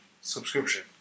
Subscription